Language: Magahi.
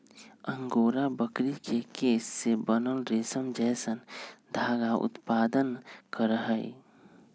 अंगोरा बकरी के केश से बनल रेशम जैसन धागा उत्पादन करहइ